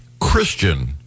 Christian